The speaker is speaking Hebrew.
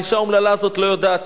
האשה האומללה הזאת לא יודעת.